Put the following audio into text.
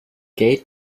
gate